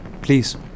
Please